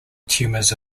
tumors